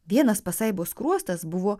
vienas pasaibos skruostas buvo